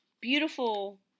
beautiful